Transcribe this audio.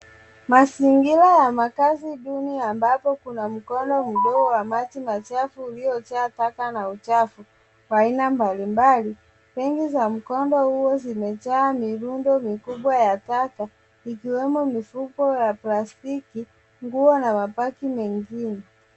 Mazingira ya makaazi duni ambapo kuna mkondo mdogo wa maji machafu uliojaa taka na uchafu wa aina mbalimbali. Sehemu za mkondo huo zimejaa mirundo mikubwa ya taka ikiwrmi mifuko ya plastiki, nguo na mabaki mengine.